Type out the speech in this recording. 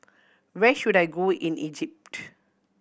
where should I go in Egypt